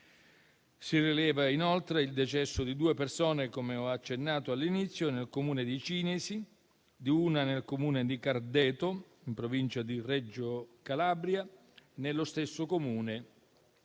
Si rileva, inoltre, il decesso di due persone, come ho accennato all'inizio, nel Comune di Cinisi e di una nel Comune di Cardeto, in provincia di Reggio Calabria. Nello stesso Comune